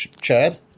Chad